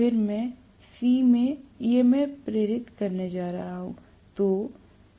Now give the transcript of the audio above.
फिर मैं C में EMF प्रेरित करने जा रहा हूं